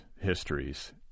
Histories